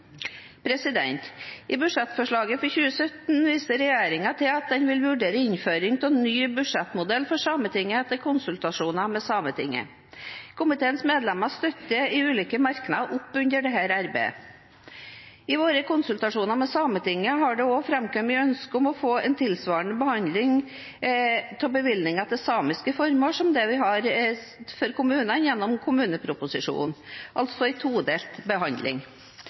I budsjettforslaget for 2017 viser regjeringen til at den vil vurdere innføring av ny budsjettmodell for Sametinget etter konsultasjoner med Sametinget. Komiteens medlemmer støtter i ulike merknader opp under dette arbeidet. I våre konsultasjoner med Sametinget har det også framkommet ønske om å få en behandling av bevilgninger til samiske formål tilsvarende den vi har for kommunene gjennom kommuneproposisjonen, altså en todelt behandling.